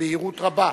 בבהירות רבה.